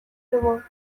river